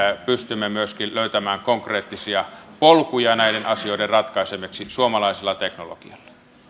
pystymme myöskin löytämään konkreettisia polkuja näiden asioiden ratkaisemiseksi suomalaisella teknologialla